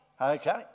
Okay